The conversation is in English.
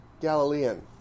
Galilean